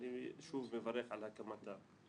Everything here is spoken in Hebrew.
ואני שוב מברך על הקמתה.